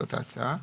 זאת ההצעה.